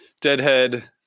deadhead